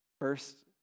First